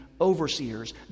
overseers